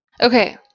Okay